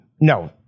no